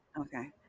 Okay